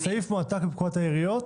הסעיף מועתק מפקודת העיריות,